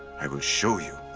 i will show you.